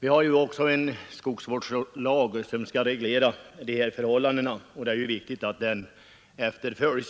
Vi har ju också en skogsvårdslag som reglerar dessa förhållanden, och det är viktigt att den efterföljs.